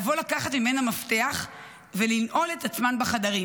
לבוא לקחת ממנה מפתח ולנעול את עצמן בחדרים.